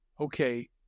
okay